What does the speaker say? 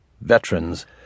veterans